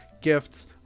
gifts